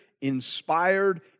inspired